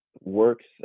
works